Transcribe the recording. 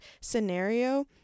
scenario